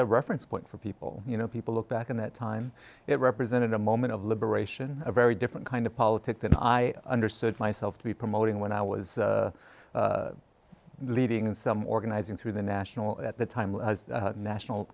a reference point for people you know people look back on that time it represented a moment of liberation a very different kind of politics than i understood myself to be promoting when i was leaving and some organizing through the national at the time national